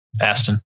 Aston